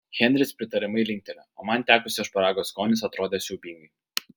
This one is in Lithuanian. henris pritariamai linktelėjo o man tekusio šparago skonis atrodė siaubingas